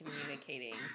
communicating